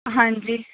ਹਾਂਜੀ